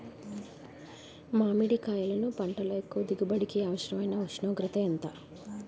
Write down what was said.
మామిడికాయలును పంటలో ఎక్కువ దిగుబడికి అవసరమైన ఉష్ణోగ్రత ఎంత?